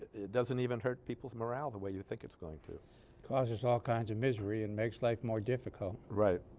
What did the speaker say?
it doesn't even hurt people's morale the way you think it's going to causes all kinds of misery and makes life more difficult right